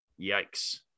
yikes